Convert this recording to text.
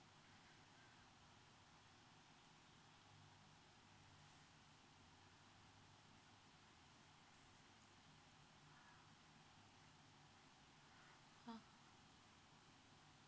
ah